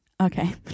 Okay